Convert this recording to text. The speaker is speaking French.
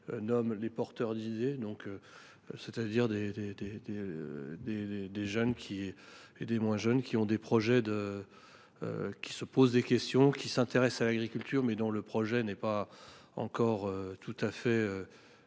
nomme les « porteurs d’idées », c’est à dire des jeunes et des moins jeunes qui se posent des questions, qui s’intéressent à l’agriculture, mais dont le projet n’est pas encore tout à fait